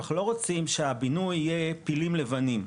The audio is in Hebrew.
אנחנו לא רוצים שהבינוי יהיה פילים לבנים,